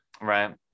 right